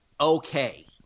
okay